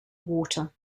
water